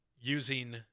using